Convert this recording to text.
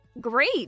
Great